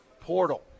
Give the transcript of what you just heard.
portal